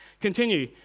Continue